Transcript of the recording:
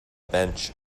bench